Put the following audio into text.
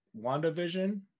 WandaVision